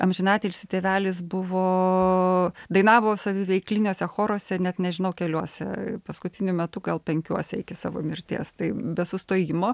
amžinatilsį tėvelis buvo dainavo saviveikliniuose choruose net nežinau keliuose paskutiniu metu gal penkiuose iki savo mirties tai be sustojimo